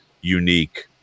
unique